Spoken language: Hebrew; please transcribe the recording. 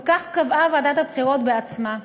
וכך קבעה ועדת הבחירות בעצמה.